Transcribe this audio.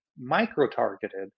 micro-targeted